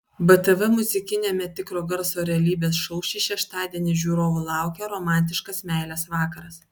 btv muzikiniame tikro garso realybės šou šį šeštadienį žiūrovų laukia romantiškas meilės vakaras